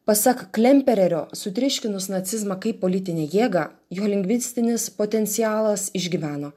pasak klempererio sutriuškinus nacizmą kaip politinė jėgą jo lingvistinis potencialas išgyveno